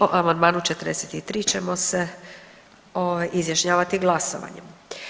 I o amandmanu 43 ćemo se izjašnjavati glasovanjem.